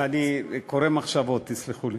אני קורא מחשבות, תסלחו לי.